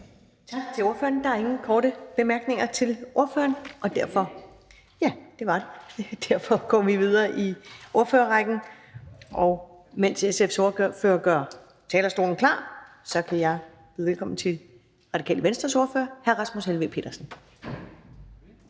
Tak til ordføreren. Der er ingen korte bemærkninger til ordføreren, og derfor går vi videre i ordførerrækken. Mens SF's ordfører gør talerstolen klar, kan jeg byde velkommen til Radikale Venstres ordfører, hr. Rasmus Helveg Petersen.